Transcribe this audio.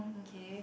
okay